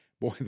Boy